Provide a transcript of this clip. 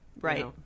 Right